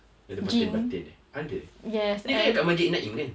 dia ada batin batin ada dia kan ada kat masjid en-naeem kan